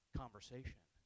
conversation